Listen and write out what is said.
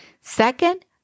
Second